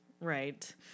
Right